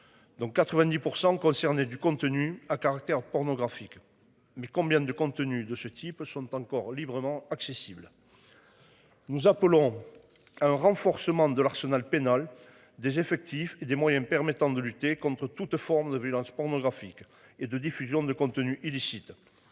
Dont 90% concernaient du contenu à caractère pornographique. Mais combien de compte tenu de ce type sont encore librement accessibles. Nous appelons. À un renforcement de l'arsenal pénal des effectifs et des moyens permettant de lutter contre toute forme de violence pornographique et de diffusion de contenus illicites.